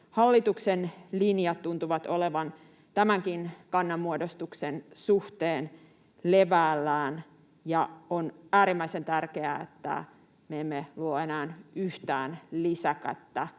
Hallituksen linjat tuntuvat olevan tämänkin kannanmuodostuksen suhteen levällään. On äärimmäisen tärkeää, että me emme luo enää yhtään lisäkättä